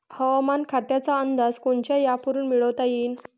हवामान खात्याचा अंदाज कोनच्या ॲपवरुन मिळवता येईन?